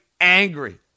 angry